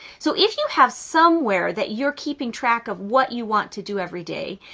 so if you have somewhere that you're keeping track of what you want to do every day,